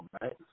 right